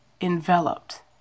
enveloped